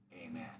Amen